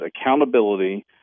accountability